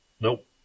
Nope